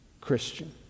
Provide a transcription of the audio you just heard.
Christian